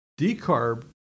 Decarb